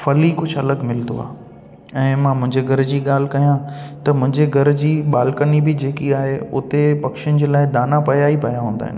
फल ई कुझु अलॻि मिलंदो आहे ऐं मां मुंहिंजे घर जी ॻाल्हि कया त मुंहिंजे घर जी बालकनी बि जेकी आहे उते पखियुनि जे लाइ दाना पिया ई पिया हूंदा आहिनि